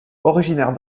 originaire